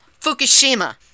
Fukushima